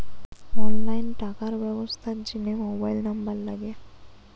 online টাকার ব্যবস্থার জিনে মোবাইল নম্বর লাগে